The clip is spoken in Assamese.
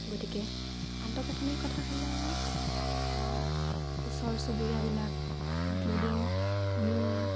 গতিকে আন্তঃগাঁথনিৰ কথা ক'লে ওচৰ চুবুৰীয়াবিলাক ইনক্লুডিং মি